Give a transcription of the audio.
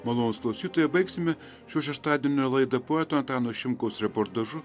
malonūs klausytojai baigsime šio šeštadienio laidą poeto antano šimkus reportažu